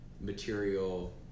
material